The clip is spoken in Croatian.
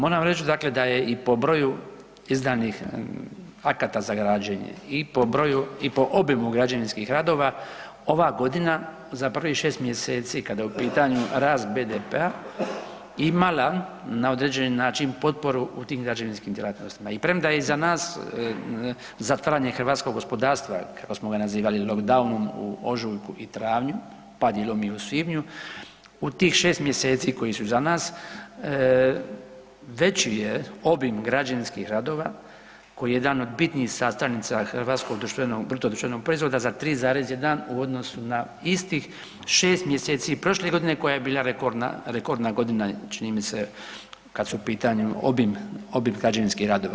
Moram reći dakle da je i po broju izdanih akata za građenje i po broju i po obimu građevinskih radova ova godina za prvih 6 mjeseci kada je u pitanju rast BDP-a imala na određeni način potporu u tim građevinskim djelatnostima i premda je iza nas zatvaranje hrvatskog gospodarstva kako smo ga nazivali loock downom u ožujku i travnju, pa dijelom i u svibnju u tih 6 mjeseci koji su iza nas veći je obim građevinskih radova koji je jedan od bitnih sastavnica hrvatskog bruto društvenog proizvoda za 3,1 u odnosu na istih 6 mjeseci prošle godine koja je bila rekordna godina čini mi se kada su u pitanju obim građevinskih radova.